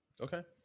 Okay